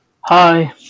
hi